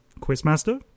Quizmaster